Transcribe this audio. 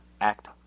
Act